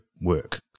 work